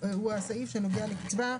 שהוא הסעיף שנוגע לקצבה,